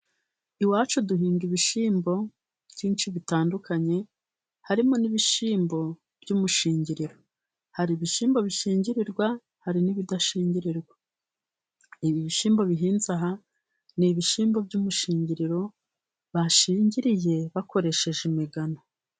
Iwacu duhinga ibishyimbo byinshi bitandukanye harimo n'ibishyimbo by'umushingiriro, hari ibishyimbo bishingirirwa ,hari n'ibidashingirirwa. Ibi bishyimbo bihinze aha ni ibishyimbo by'umushingiriro bashingiriye bakoresheje imigano.